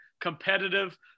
competitive